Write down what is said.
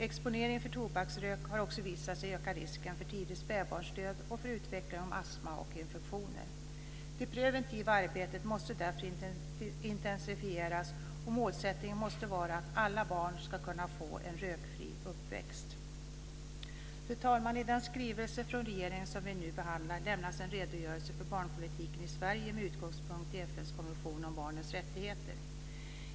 Exponeringen för tobaksrök har också visat sig öka risken för tidigt spädbarnsdöd och för utveckling av astma och infektioner. Det preventiva arbetet måste därför intensifieras, och målsättningen måste vara att alla barn ska kunna få en rökfri uppväxt. Fru talman! I den skrivelse från regeringen som vi nu behandlar lämnas en redogörelse för barnpolitiken i Sverige med utgångspunkt i FN:s konvention om barnens rättigheter.